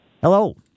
Hello